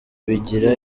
bigira